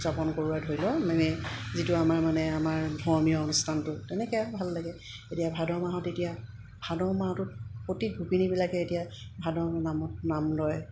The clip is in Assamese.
উদযাপন কৰো আৰু ধৰি লওক মানে যিটো আমাৰ মানে আমাৰ ধৰ্মীয় অনুষ্ঠানটো তেনেকৈ ভাল লাগে এতিয়া ভাদ মাহত এতিয়া ভাদ মাহটোত প্ৰতি গোপিনীবিলাকে এতিয়া ভাদ নামত নাম লয়